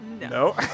No